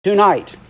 Tonight